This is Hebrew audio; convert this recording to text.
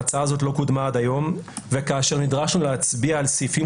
ההצעה הזאת לא קודמה עד היום וכאשר נדרשנו להצביע על סעיפים